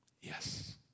Yes